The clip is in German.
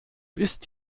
ist